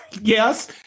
yes